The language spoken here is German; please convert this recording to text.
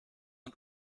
und